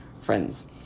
friends